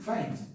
Find